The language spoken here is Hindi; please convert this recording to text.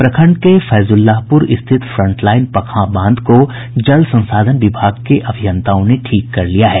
प्रखंड के फैजुल्लाहपुर स्थित फ्रंटलाईन पकहां बांध को जल संसाधन विभाग के अभियंताओं ने ठीक कर लिया है